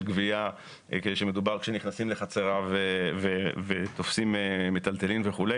גבייה כשנכנסים לחצריו ותופסים מיטלטלין וכו'.